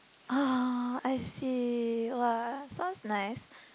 ah I see !wah! sounds nice